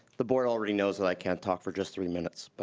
the board already knows that i can't talk for just three minutes, but